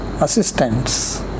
assistants